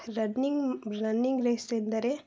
running running race ಎಂದರೆ